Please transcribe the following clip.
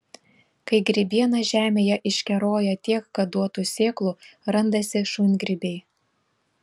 kai grybiena žemėje iškeroja tiek kad duotų sėklų randasi šungrybiai